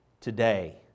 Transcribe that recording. today